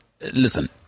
Listen